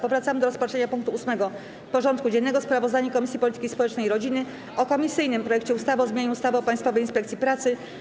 Powracamy do rozpatrzenia punktu 8. porządku dziennego: Sprawozdanie Komisji Polityki Społecznej i Rodziny o komisyjnym projekcie ustawy o zmianie ustawy o Państwowej Inspekcji Pracy.